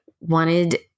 wanted